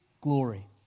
glory